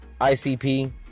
ICP